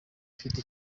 ifite